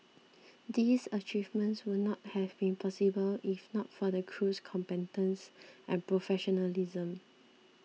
these achievements would not have been possible if not for the crew's competence and professionalism